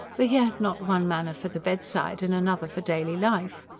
for he had not one manner for the bedside and another for daily life.